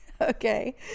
okay